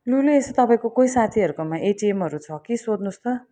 लु लु यसो तपाईँको कोही साथीहरूकोमा एटिएमहरू छ कि सोध्नुहोस् त